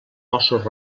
óssos